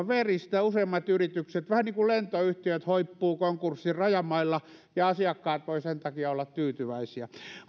veristä ja useimmat yritykset vähän niin kuin lentoyhtiöt hoippuvat konkurssin rajamailla ja asiakkaat voivat sen takia olla tyytyväisiä